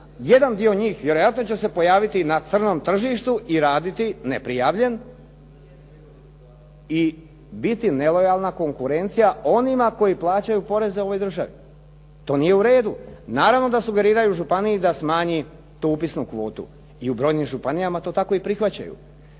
Jedan dio njih vjerojatno će se pojaviti na crnom tržištu i raditi neprijavljen. I biti nelojalna konkurencija onima koji plaćaju poreze ovoj državi. To nije u redu. Naravno da sugeriraju u županiji da smanji tu upisnu kvotu. I u brojnim županijama to tako i prihvaćaju.